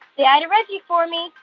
yeah and reggie for me.